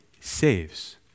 saves